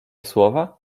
słowa